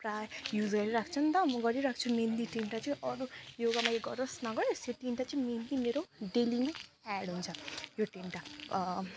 पुरा युज गरि राख्छु नि त म गरिराख्छु मेन्ली तिनवटा चाहिँ अरू योगा म गरोस् नगरोस् यो तिनवटा चाहिँ मेन्ली मेरो डेली नै एड हुन्छ यो तिनवटा